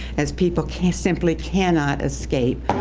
as people can simply cannot escape,